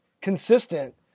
consistent